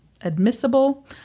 Admissible